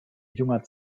junger